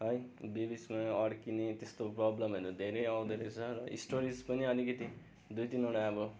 है बिच बिचमा अड्किने त्यस्तो प्रब्लमहरू धेरै आउँदोरहेछ है स्टोरेज पनि अलिकति दुई तिनवटा अब